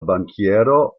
bankiero